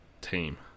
team